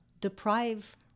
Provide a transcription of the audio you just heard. deprive